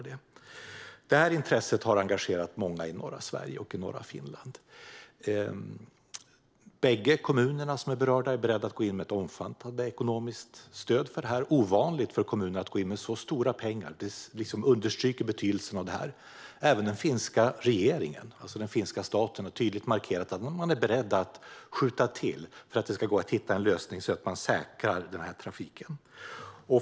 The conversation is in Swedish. Detta intresse har engagerat många i norra Sverige och i norra Finland. Bägge de berörda kommunerna är beredda att gå in med ett omfattande ekonomiskt stöd. Det är ovanligt för kommuner att gå in med så stora pengar, vilket understryker betydelsen av detta. Även den finska regeringen - alltså den finska staten - har tydligt markerat att man är beredd att skjuta till medel för att det ska gå att hitta en lösning för att säkerställa denna trafik.